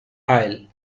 aisle